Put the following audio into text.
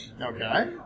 Okay